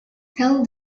tell